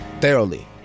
Thoroughly